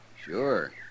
Sure